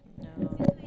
no